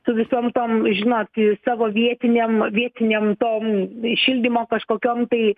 su visom tom žinot savo vietinėm vietinėm tom šildymo kažkokiom tai